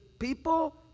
people